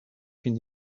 can